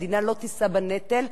המדינה לא תישא בנטל.